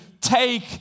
take